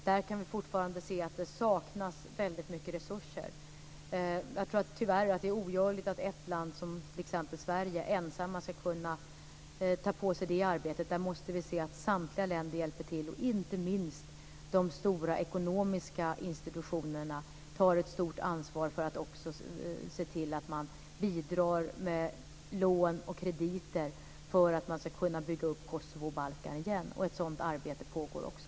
Där kan vi fortfarande se att det saknas väldigt mycket resurser. Jag tror tyvärr att det är ogörligt att ett land, t.ex. Sverige, ensamt ska kunna ta på sig det arbetet. Vi måste se att samtliga länder hjälper till, och inte minst att de stora ekonomiska institutionerna också tar ett stort ansvar genom att bidra med lån och krediter för att bygga upp Kosovo och Balkan igen. Ett sådan arbete pågår också.